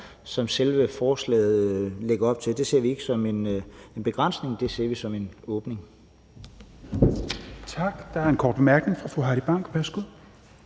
som selve forslaget lægger op til. Det ser vi ikke som en begrænsning, det ser vi som en åbning. Kl. 17:02 Fjerde næstformand (Rasmus Helveg